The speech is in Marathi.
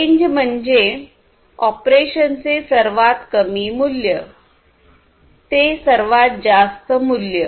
रेंज म्हणजे म्हणजे ऑपरेशन चे सर्वात कमी मूल्य ते सर्वात जास्त मूल्य